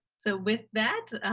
so with that,